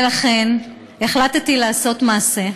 ולכן החלטתי לעשות מעשה,